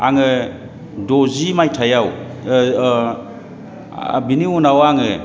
आङो द'जि मायथाइआव बिनि उनाव आङो